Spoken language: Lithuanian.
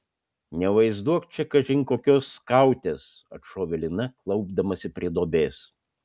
nevaizduok čia kažin kokios skautės atšovė lina klaupdamasi prie duobės